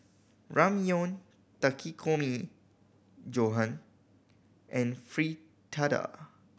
Ramyeon Takikomi Gohan and Fritada